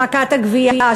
של העמקת הגבייה,